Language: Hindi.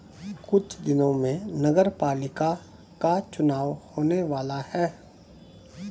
कुछ दिनों में नगरपालिका का चुनाव होने वाला है